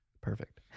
Perfect